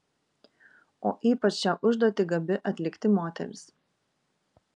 o ypač šią užduotį gabi atlikti moteris